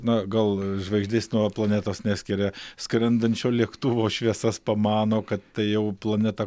na gal žvaigždės nuo planetos neskiria skrendančio lėktuvo šviesas pamano kad tai jau planeta